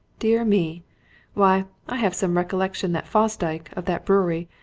dear me why, i have some recollection that fosdyke, of that brewery,